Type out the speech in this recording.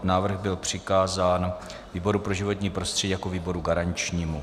Návrh byl přikázán výboru pro životní prostředí jako výboru garančnímu